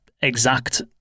exact